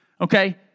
okay